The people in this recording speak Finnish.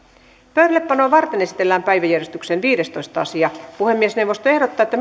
pöydällepanoa varten esitellään päiväjärjestyksen viidestoista asia puhemiesneuvosto ehdottaa että